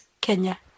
Kenya